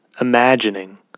imagining